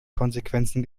konsequenzen